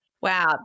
Wow